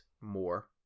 more